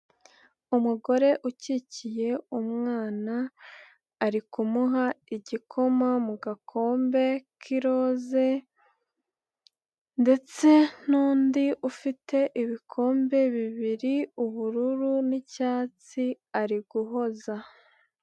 Umugore ukikiye umwana ari kumuha igikoma mu gakombe k'iroze ndetse n'undi ufite ibikombe bibiri, ubururu n'icyatsi ari guhoza.